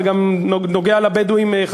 זה גם נוגע לבדואים בנגב,